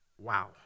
Wow